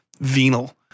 venal